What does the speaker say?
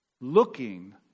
looking